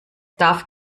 darf